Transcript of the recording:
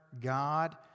God